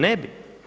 Ne bi.